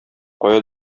кая